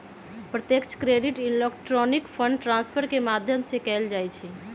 प्रत्यक्ष credit electronic fund transfer के माध्यम से कएल जाइ छइ